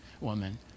woman